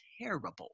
terrible